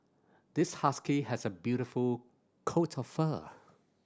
this husky has a beautiful coat of fur